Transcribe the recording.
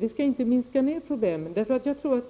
Vi skall inte minska ned problemen.